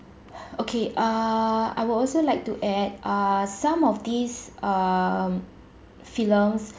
okay uh I will also like to add uh some of these um films